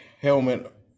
helmet